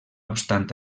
obstant